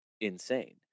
insane